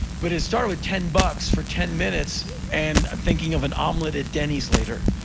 but it started with ten bucks for ten minutes and i'm thinking of an omelet at denny's later.